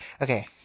Okay